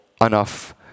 enough